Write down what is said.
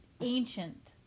ancient